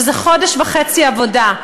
זה חודש וחצי עבודה,